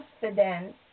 confidence